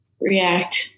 react